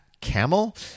camel